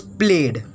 played